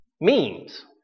memes